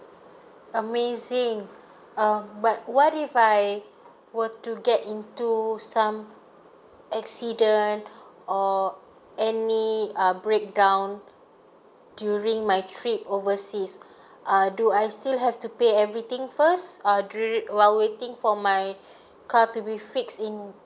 amazing um but what if I were to get into some accidents or any um breakdown during my trip overseas err do I still have to pay everything first err during while waiting for my car to be fixed in